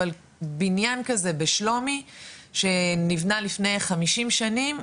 אבל בניין כזה בשלומי שנבנה לפני 50 שנים,